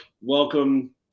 welcome –